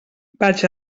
vaig